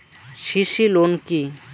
CC loan কি?